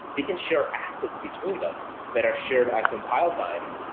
they can share assets between them that are shared at compile time,